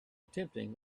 attempting